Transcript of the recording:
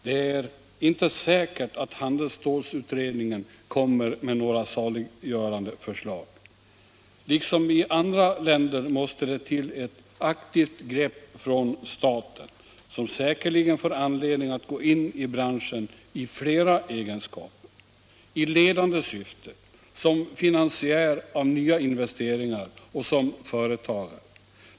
Det är inte säkert att handelsstålsutredningen kommer med några saliggörande förslag. Liksom i andra länder måste det till ett aktivt grepp från staten, som säkerligen får anledning att gå in i branschen på olika sätt: i ledande syfte, som finansiär av nya investeringar och som företagare.